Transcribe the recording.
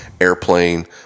airplane